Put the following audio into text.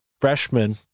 freshman